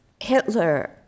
Hitler